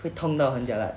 会痛到很 jialat